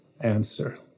answer